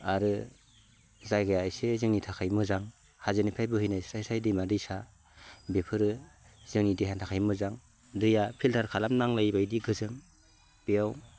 आरो जायगाया एसे जोंनि थाखाय मोजां हाजोनिफ्राय बोहैनाय स्राय स्राय दैमा दैसा बेफोरो जोंनि देहानि थाखाय मोजां दैया फिल्टार खालामनांलायि बायदि गोजों बेयाव